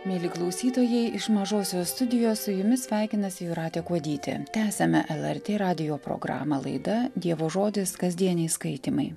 mieli klausytojai iš mažosios studijos su jumis sveikinasi jūratė kuodytė tęsiame lrt radijo programą laida dievo žodis kasdieniai skaitymai